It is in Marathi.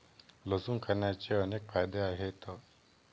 लसूण खाण्याचे अनेक फायदे आहेत